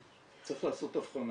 צריך לעשות הבחנה